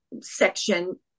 section